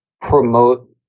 promote